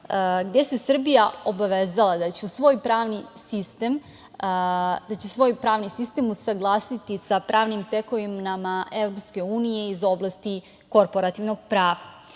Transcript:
gde se Srbija obavezala da će svoj pravni sistem usaglasiti sa pravnim tekovinama EU iz oblasti korporativnog prava.